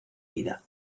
vida